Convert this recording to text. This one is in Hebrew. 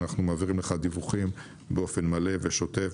אנחנו מעבירים לך דיווחים באופן מלא ושוטף,